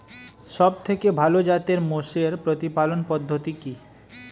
সবথেকে ভালো জাতের মোষের প্রতিপালন পদ্ধতি কি?